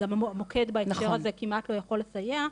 גם המוקד בהקשר הזה כמעט לא יכול לסייע,